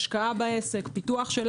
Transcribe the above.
השקעה בעסק ופיתוחו,